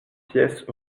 pièces